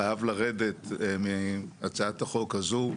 חייב לרדת מהצעת החוק הזו.